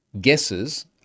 guesses